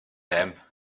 them